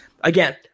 Again